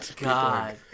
God